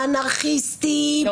"אנרכיסטים" ,